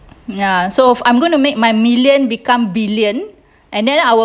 ya so if I'm gonna make my million become billion and then I will